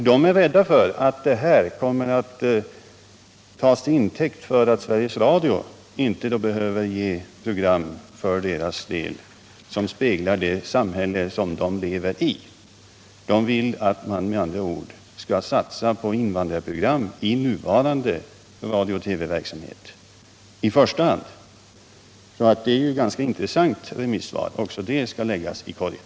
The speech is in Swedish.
De är rädda för att en sådan satsning kommer att tas till intäkt för att Sveriges Radio inte behöver sända program för deras del som speglar det samhälle som de lever i. De vill med andra ord att man skall satsa på invandrarprogram i nuvarande radio-TV-verksamhet i första hand. Det är ett ganska intressant remissvar, och även det skall läggas i korgen.